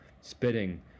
spitting